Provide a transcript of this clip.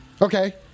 Okay